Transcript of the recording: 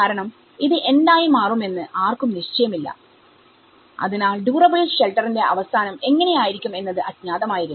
കാരണം ഇത് എന്തായി മാറുമെന്ന് ആർക്കും നിശ്ചയം ഇല്ല അതിനാൽ ഡ്യൂറബിൾ ഷെൽട്ടർ ന്റെ അവസാനം എങ്ങനെ ആയിരിക്കും എന്നത് അജ്ഞാതമായിരുന്നു